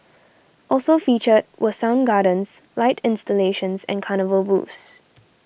also featured were sound gardens light installations and carnival booths